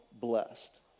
blessed